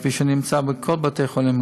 כפי שאני נמצא בכל בתי-החולים,